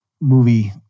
movie